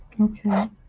Okay